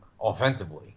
offensively